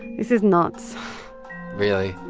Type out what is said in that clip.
this is nuts really?